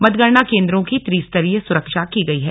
मतगणना केन्द्रों की त्रिस्तरीय सुरक्षा की गई है